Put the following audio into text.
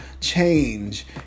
change